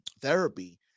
therapy